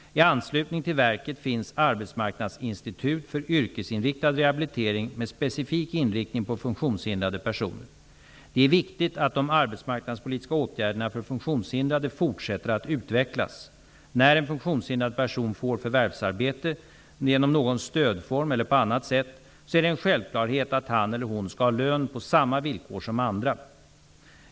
I anslutning till verket finns arbetsmarknadsinstitut för yrkesinriktad rehabilitering med specifik inriktning på funktionshindrade personer. Det är viktigt att de arbetsmarknadspolitiska åtgärderna för funktionshindrade fortsätter att utvecklas. När en funktionshindrad person får förvärvsarbete, genom någon stödform eller på annat sätt, är det en självklarhet att han eller hon skall ha lön på samma villkor som andra.